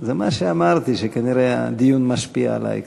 זה מה שאמרתי, שכנראה הדיון משפיע עלי קצת.